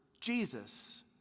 Jesus